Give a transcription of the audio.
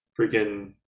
freaking